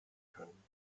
können